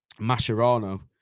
Mascherano